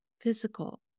physical